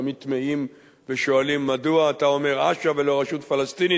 תמיד תמהים ושואלים: מדוע אתה אומר אש"ף ולא רשות פלסטינית?